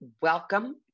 welcome